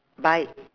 buy